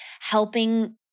helping